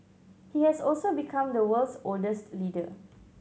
he has also become the world's oldest leader